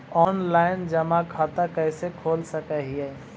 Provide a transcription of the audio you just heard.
Online जमा खाता कैसे खोल सक हिय?